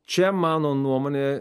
čia mano nuomonė